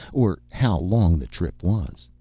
or how long the trip was.